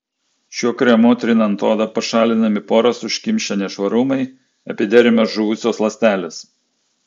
šiuo kremu trinant odą pašalinami poras užkimšę nešvarumai epidermio žuvusios ląstelės